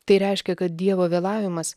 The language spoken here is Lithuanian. tai reiškia kad dievo vėlavimas